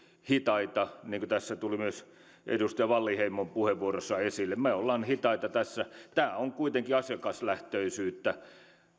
hitaita niin kuin tässä tuli myös edustaja wallinheimon puheenvuorossa esille me olemme hitaita tässä tämä on kuitenkin asiakaslähtöisyyttä